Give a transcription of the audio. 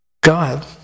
God